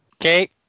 Okay